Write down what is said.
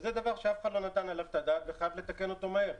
וזה דבר שאף אחד לא נתן עליו את הדעת וחייבים לתקן אותו מהר.